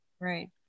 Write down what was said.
Right